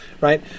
right